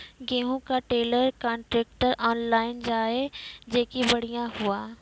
गेहूँ का trailer contractor online जाए जैकी बढ़िया हुआ